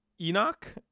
Enoch